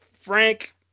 Frank